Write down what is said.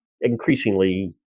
increasingly